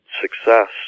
success